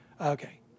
Okay